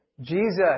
Jesus